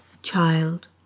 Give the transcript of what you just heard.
Child